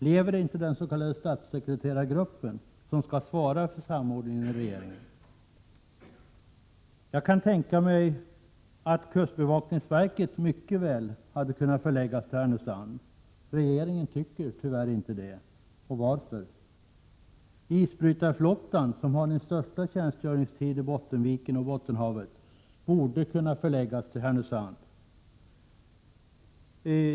Lever inte den s.k. statssekreterargruppen, som skall svara för samordningen i regeringen? Jag kan tänka mig att kustbevakningsverket mycket väl hade kunnat förläggas till Härnösand. Regeringen tycker tyvärr inte det. Varför? Isbrytarflottan, som har sin största tjänstgöringstid i Bottenviken och Bottenhavet, borde kunna förläggas till Härnösand.